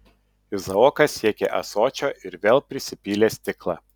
izaokas siekė ąsočio ir vėl prisipylė stiklą